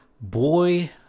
boy